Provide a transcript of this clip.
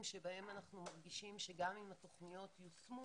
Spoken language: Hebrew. שבהם אנחנו מרגישים שגם אם התוכניות יושמו